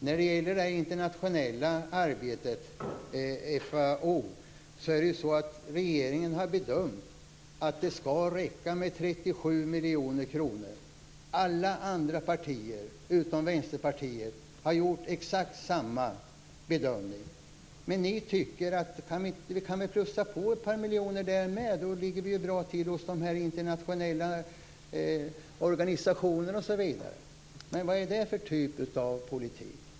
När det gäller det internationella arbetet, FAO, har regeringen bedömt att det skall räcka med 37 miljoner kronor. Alla andra partier, utom Vänsterpartiet, har gjort exakt samma bedömning. Ni tycker att man kan plussa på ett par miljoner där också. Då ligger ni ju bra till hos internationella organisationer. Vad är det för typ av politik?